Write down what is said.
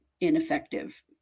ineffective